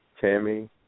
Tammy